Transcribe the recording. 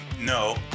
No